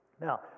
Now